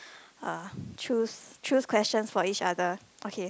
uh choose choose question for each other okay